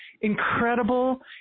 incredible